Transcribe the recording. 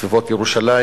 כן, בסביבות ירושלים.